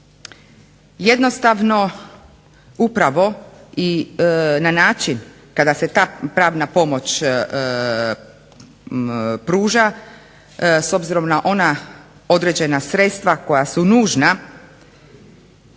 jednostavno upravo i na način kada se ta pravna pomoć pruža s obzirom na ona određena sredstva koja su nužna